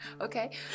Okay